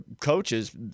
coaches